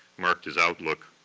marked his outlook.